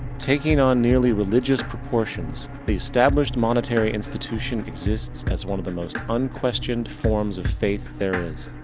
taking on nearly religious proportions, the established monetary institution exists as one of the most unquestioned forms of faith there is.